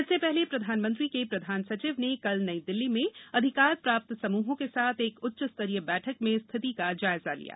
इससे पहले प्रधानमंत्री के प्रधान सचिव ने कल नई दिल्ली में अधिकार प्राप्त समूहों के साथ एक उच्चस्तरीय बैठक में स्थिति का जायज़ा लिया